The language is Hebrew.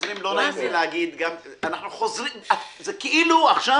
לא נעים לי להגיד אבל אנחנו חוזרים אחורה כאילו אנחנו